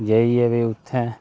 लेइयै उत्थै